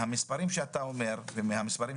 מהמספרים שאתה נותן